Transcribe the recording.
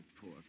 poor